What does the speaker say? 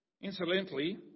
Incidentally